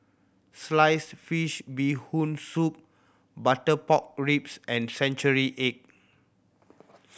sliced fish Bee Hoon Soup butter pork ribs and century egg